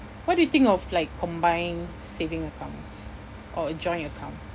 what do you think of like combined saving accounts or a joint account